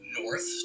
north